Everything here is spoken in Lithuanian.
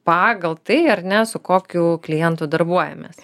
pagal tai ar ne su kokiu klientu darbuojamės